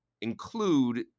include